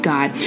God